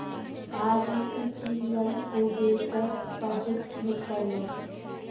आज ही इथिरियम को बेचकर प्रॉफिट बुक कर लो